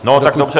No tak dobře...